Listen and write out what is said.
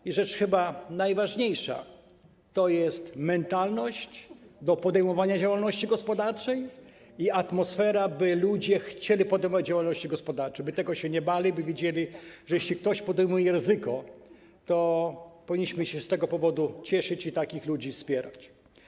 I rzecz chyba najważniejsza, tj. mentalność do podejmowania działalności gospodarczej i atmosfera sprawiająca, by ludzie chcieli podejmować działalność gospodarczą, by tego się nie bali, by widzieli, że jeśli ktoś podejmuje ryzyko, to powinniśmy się z tego powodu cieszyć i takich ludzi wspierać.